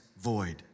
void